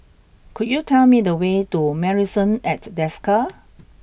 could you tell me the way to Marrison at Desker